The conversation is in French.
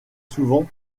souvent